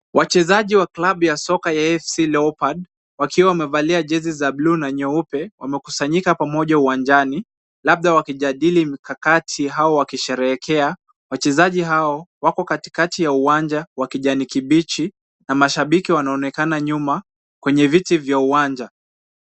Wachezaji wa klabu ya soka ya AFC Leopards wakiwa wamevalia jezi za buluu na nyeupe, wamekusanyika pamoja uwanjani labda wakijadili mikakati au wakisherehekea. Wachezaji hao wako katikati ya uwanja wa kijani kibichi na mashabiki wanaonekana nyuma kwenye viti vya uwanja.